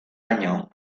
año